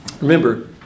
Remember